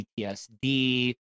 PTSD